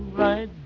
right